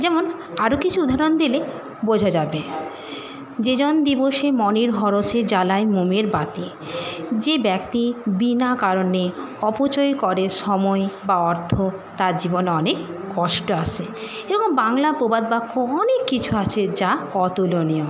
যেমন আরও কিছু উদাহরণ দিলে বোঝা যাবে যেজন দিবসে মনের হরষে জ্বালায় মোমের বাতি যে ব্যক্তি বিনা কারণে অপচয় করে সময় বা অর্থ তার জীবন অনেক কষ্ট আসে এরকম বাংলা প্রবাদ বাক্য অনেক কিছু আছে যা অতুলনীয়